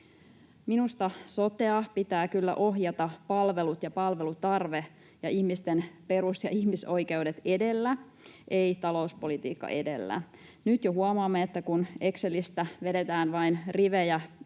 Minusta sotea pitää kyllä ohjata palvelut ja palvelutarve ja ihmisten perus- ja ihmisoikeudet edellä, ei talouspolitiikka edellä. Nyt jo huomaamme, että kun Excelistä vedetään vain rivejä